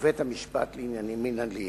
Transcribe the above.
ושל בית-המשפט לעניינים מינהליים.